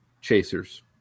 chasers